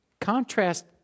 Contrast